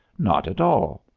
not at all.